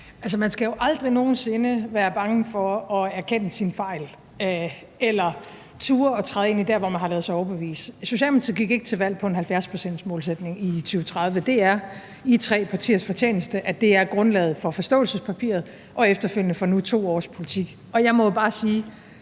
man skal jo aldrig nogen sinde være bange for at erkende sine fejl eller turde at træde ind der, hvor man har ladet sig overbevise. Socialdemokratiet gik ikke til valg på en 70-procentsmålsætning i 2030. Det er jer tre partiers fortjeneste, at det er grundlaget for forståelsespapiret og efterfølgende for nu 2 års politik, og jeg må jo bare sige